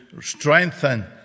strengthen